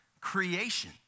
creation